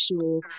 sure